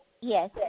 Yes